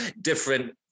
different